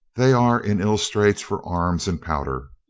they are in ill straits for arms and powder.